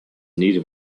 needed